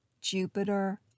Jupiter